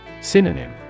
Synonym